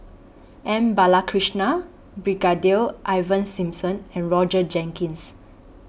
M Balakrishnan Brigadier Ivan Simson and Roger Jenkins